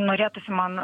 norėtųsi man